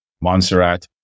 Montserrat